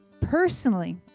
personally